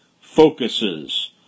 focuses